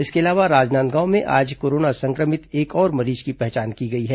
इसके अलावा राजनांदगांव में आज कोरोना सं क्र मित एक और मरीज की पहचान की गई है